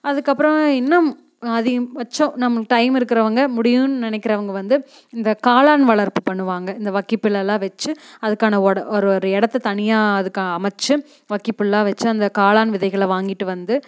அதுக்கப்புறம் இன்னும் அதிகபட்சம் நம்மளுக்கு டைம் இருக்கிறவங்க முடியுன்னு நினக்கிறவங்க வந்து இந்த காளான் வளர்ப்பு பண்ணுவாங்க இந்த வைக்கோற் புல்லல்லான் வச்சி அதுக்கான ஒட ஒரு ஒரு இடத்த தனியாக அதுக்கு அமைச்சி வைக்கோற் புல்லாக வச்சி அந்த காளான் விதைகளை வாங்கிட்டு வந்து